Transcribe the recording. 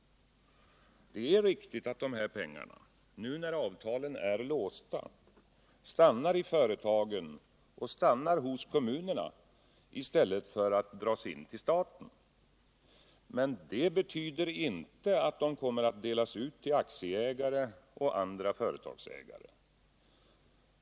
Det är riktigt att dessa pengar — när avtalen nu är låsta —- stannar i företagen och hos kommunerna i stället för att dras in till staten. Men det betyder inte - att de kommer att delas ut till aktieägare och andra företagsägare.